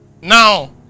Now